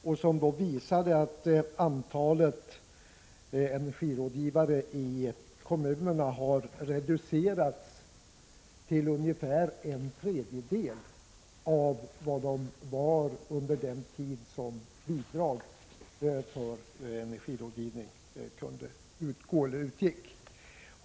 Av rapporten framgår att antalet energirådgivare i kommunerna har reducerats till ungefär en tredjedel jämfört med vad som fanns under den tid då bidrag för energirådgivning utgick.